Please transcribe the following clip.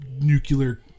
nuclear